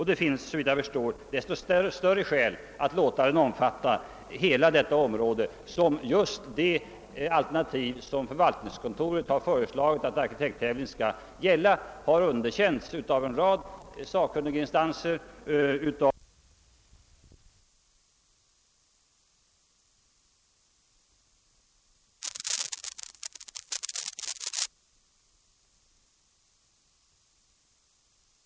Det finns såvitt jag förstår så mycket större skäl att låta den omfatta hela detta område som just de alternativ, som förvaltningskontoret har föreslagit att arkitekttävlingen skall gälla, underkänts av en rad sakkunniginstanser, av en rad framträdande arkitekter och av en rad stadsplaneexperter. Jag vill med hänvisning till det anförda, herr talman, yrka bifall till utskottets förslag i bankoutskottets utlåtande nr 48.